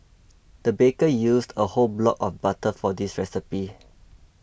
the baker used a whole block of butter for this recipe